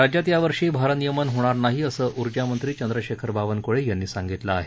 राज्यात या वर्षी भारनियमन होणार नाही असं ऊर्जामंत्री चंद्रशेखर बावनकुळे यांनी सांगितलं आहे